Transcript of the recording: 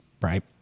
right